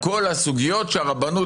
ואני יכול להגיד את זה על כל הסוגיות שהרבנות